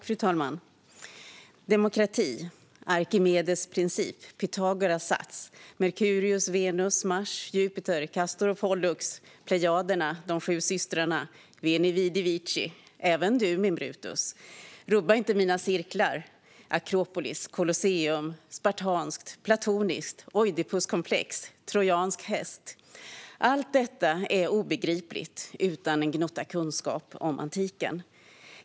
Fru talman! Demokrati, Arkimedes princip, Pythagoras sats, Merkurius, Venus, Mars, Jupiter, Castor och Pollux, Plejaderna, de sju systrarna och veni, vidi, vici. Även du, min Brutus, rubba inte mina cirklar, Akropolis, Colosseum, spartanskt, platoniskt, oidipuskomplex och trojansk häst - allt detta är obegripligt utan en gnutta kunskap om antiken.